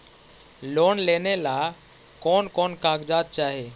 Loan लेने ला कोन कोन कागजात चाही?